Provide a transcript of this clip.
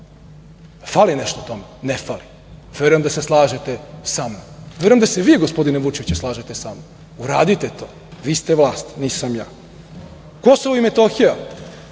fali nešto tome? Ne fali. Verujem da se slažete sa mnom. Verujem da se i vi, gospodine Vučeviću, slažete sa mnom. Uradite to, vi ste vlast, nisam ja. Kosovo i Metohija,